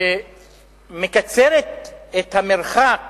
שמקצר את המרחק